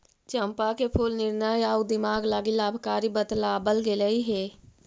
चंपा के फूल निर्णय आउ दिमाग लागी लाभकारी बतलाबल गेलई हे